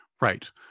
Right